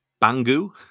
Bangu